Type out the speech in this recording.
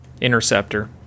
interceptor